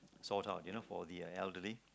sort out you know for the elderly